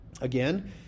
Again